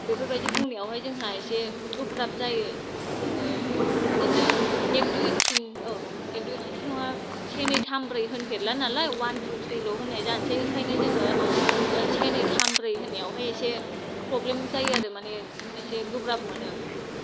बेफोरबायदि बुंनायावहाय जोंहा एसे गोब्राब जायो जोङो बिदिनो एक दुइ थिन औ एक दुइ थिनथ' नङा से नै थाम ब्रै होनफेरला नालाय अवान थु थ्रिल' होननाय जानसै ओंखायनो जोङो से नै थाम ब्रै होननायावहाय एसे फ्रब्लेम जायो आरो माने एसे गोब्राब मोनो